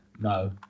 No